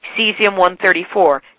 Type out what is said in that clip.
cesium-134